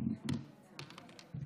כבוד היושב-ראש, הם מנסים לסתום לך את הפה.